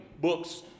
books